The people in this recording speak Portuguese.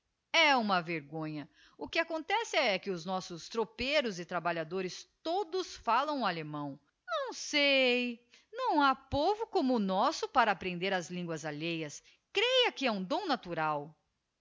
e uma vergonha o que acontece é que os nossos tropeiros e trabalhadores todos falam o allemão não sei não ha povo como o nosso para apprender as linguas alheias creia que é um dom natural